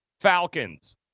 Falcons